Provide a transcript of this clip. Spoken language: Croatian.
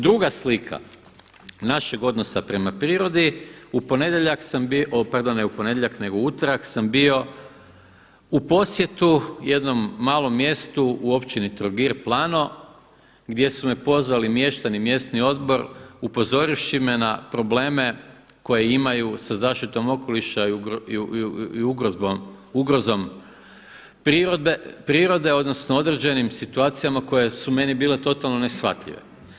Druga slika našeg odnosa prema prirodi, u ponedjeljak sam bio, pardon ne u ponedjeljak nego u utorak sam bio u posjetu jednom malom mjestu u općini Trogir, Plano, gdje su me pozvali mještani, mjesni odbor upozorivši me na probleme koje imaju sa zaštitom okoliša i ugrozom prirode, odnosno određenim situacijama koje su meni bile totalno neshvatljive.